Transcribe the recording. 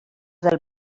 del